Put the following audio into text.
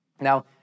Now